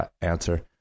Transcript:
answer